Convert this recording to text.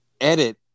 edit